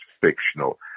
fictional